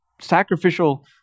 sacrificial